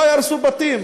אולי הרסו בתים,